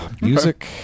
Music